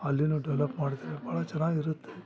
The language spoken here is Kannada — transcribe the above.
ಅಲ್ಲಿಯೂ ಡೆವ್ಲಪ್ ಮಾಡಿದರೆ ಭಾಳ ಚೆನ್ನಾಗಿರತ್ತೆ